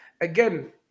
again